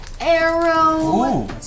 arrow